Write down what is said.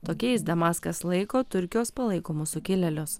tokiais damaskas laiko turkijos palaikomus sukilėlius